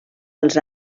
els